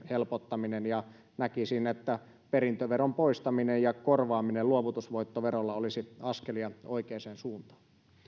helpottaminen ja näkisin että perintöveron poistaminen ja korvaaminen luovutusvoittoverolla olisi askelia oikeaan suuntaan